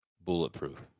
bulletproof